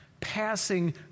passing